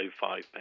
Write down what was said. five